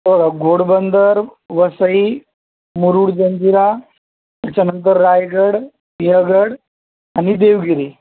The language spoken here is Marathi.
बघा घोडबंदर वसई मुरुड जंजिरा त्याच्यानंतर रायगड सिंहगड आणि देवगिरी